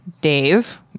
Dave